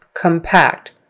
compact